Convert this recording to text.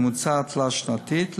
ממוצע תלת-שנתי,